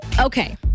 Okay